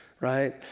right